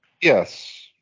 Yes